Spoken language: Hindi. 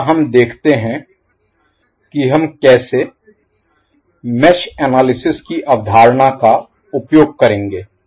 अगला हम देखते हैं कि हम कैसे मेष एनालिसिस विश्लेषण Analysis की अवधारणा का उपयोग करेंगे